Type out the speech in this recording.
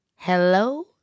Hello